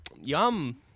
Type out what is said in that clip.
Yum